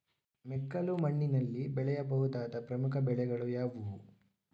ಮೆಕ್ಕಲು ಮಣ್ಣಿನಲ್ಲಿ ಬೆಳೆಯ ಬಹುದಾದ ಪ್ರಮುಖ ಬೆಳೆಗಳು ಯಾವುವು?